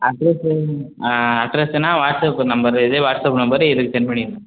address அட்ரெஸ்ஸுன்னா WhatsApp number இதே WhatsApp number இதுக்கு செண்ட் பண்ணிவிடுங்க